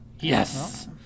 Yes